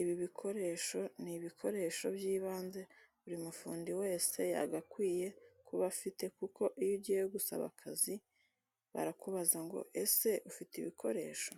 Ibi bikoresho ni ibikoresho by'ibanze buri mufundi wese yagakwiye kuba afite kuko iyo ugiye gusaba akazi barakubaza ngo: ''Ese ufite ibikoresho?''